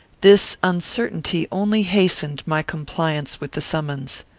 this uncertainty only hastened my compliance with the summons.